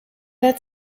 had